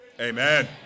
Amen